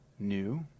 new